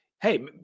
hey